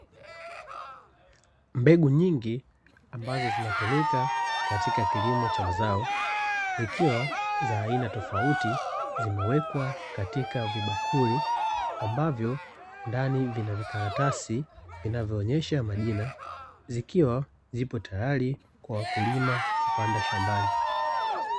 Mbegu nyingi, ambazo zinatumika katika kilimo cha mazao, zikiwa za aina tofauti, zimewekwa katika vibakuli ambavyo ndani vina vikaratasi vinavyoonesha majina, zikiwa zipo tayari kwa wakulima kupanda shambani.